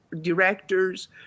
directors